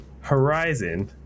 Horizon